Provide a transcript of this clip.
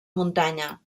muntanya